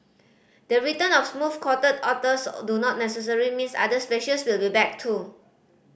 the return of smooth coated otters or do not necessary means other species will be back too